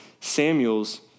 Samuel's